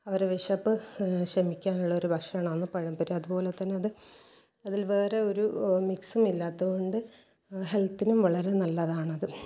അവരെ വിശപ്പ് ശമിക്കാനുള്ള ഒരു ഭക്ഷണമാണ് പഴംപൊരി അതുപോലെ തന്നെ അത് അതിൽ വേറെ ഒരു മിക്സും ഇല്ലാത്തത് കൊണ്ട് ഹെൽത്തിനും വളരെ നല്ലതാണത്